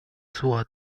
sua